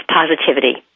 positivity